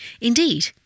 Indeed